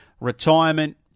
retirement